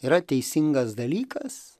yra teisingas dalykas